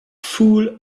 full